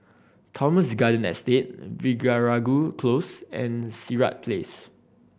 Thomson Garden Estate Veeragoo Close and Sirat Place